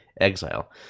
exile